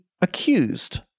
accused